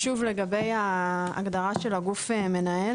ההגדרה של הגוף המנהל